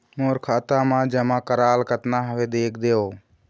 मोर खाता मा जमा कराल कतना हवे देख देव?